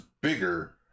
bigger